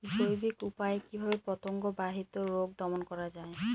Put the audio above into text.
জৈবিক উপায়ে কিভাবে পতঙ্গ বাহিত রোগ দমন করা যায়?